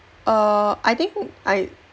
uh I think I